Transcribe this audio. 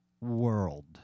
world